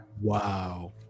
Wow